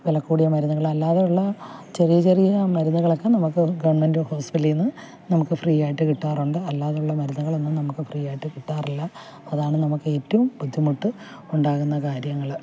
വില കൂടിയ മരുന്നുകൾ അല്ലാതെയുളള ചെറിയ ചെറിയ മരുന്നുകളൊക്കെ നമുക്ക് ഗവൺമെൻറ്റ് ഹോസ്പിറ്റലിൽ നിന്ന് നമുക്ക് ഫ്രീ ആയിട്ട് കിട്ടാറുണ്ട് അല്ലാതെയുള്ള മരുന്നുകളൊന്നും നമുക്ക് ഫ്രീ ആയിട്ട് കിട്ടാറില്ല അതാണ് നമുക്ക് ഏറ്റവും ബുദ്ധിമുട്ട് ഉണ്ടാകുന്ന കാര്യങ്ങൾ